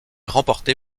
remporté